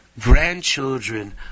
grandchildren